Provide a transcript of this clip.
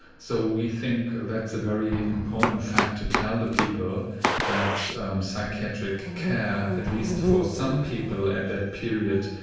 so we think that's a very important fact to tell the people that psychiatric care, at least for some people at that period,